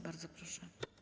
Bardzo proszę.